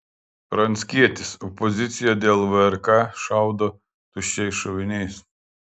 pranckietis opozicija dėl vrk šaudo tuščiais šoviniais